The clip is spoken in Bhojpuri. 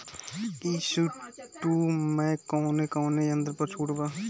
ई.सी टू मै कौने कौने यंत्र पर छुट बा?